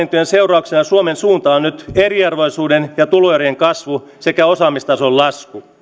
seurauksena suomen suunta on nyt eriarvoisuuden ja tuloerojen kasvu sekä osaamistason